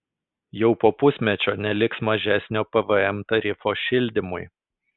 jau po pusmečio neliks mažesnio pvm tarifo šildymui